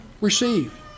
receive